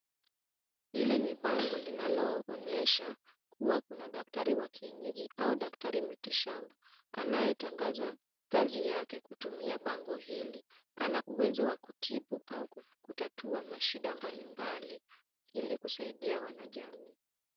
Hili ni bango linalo onyesha kuwa kuna daktari wa kienyeji au daktari mitishamba anayetangaza kazi yake kutumia bango hili. Ana uwezo wa kutibu au kutatua mashida mbalimbali ili kusaidia wanajamii.